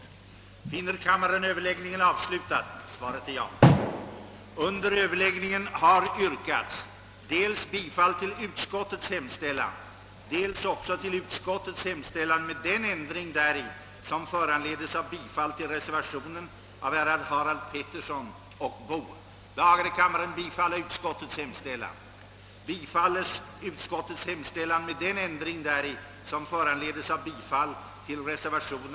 vara regent och ordförande i tillförordnad regering.